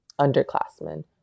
underclassmen